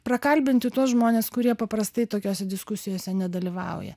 prakalbinti tuos žmones kurie paprastai tokiose diskusijose nedalyvauja